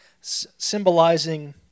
symbolizing